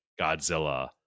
Godzilla